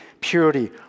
purity